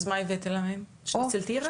אז מה הבאתם להם, שניצל תירס?